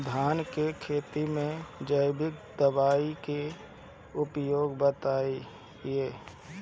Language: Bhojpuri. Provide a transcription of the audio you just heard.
धान के खेती में जैविक दवाई के उपयोग बताइए?